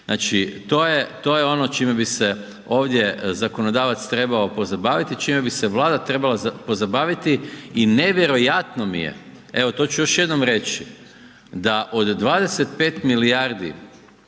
to je, to je ono čime bi se ovdje zakonodavac trebao pozabaviti, čime bi se Vlada trebala pozabaviti i nevjerojatno mi je, evo to ću još jednom reći, da od 25 milijardi